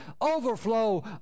overflow